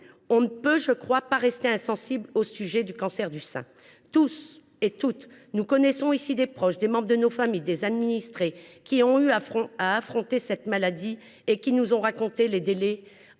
On ne peut, je pense, rester insensible face au cancer du sein. Nous connaissons toutes et tous des proches, des membres de nos familles, des administrés, qui ont eu à affronter cette maladie et qui nous ont raconté les délais